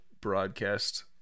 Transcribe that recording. broadcast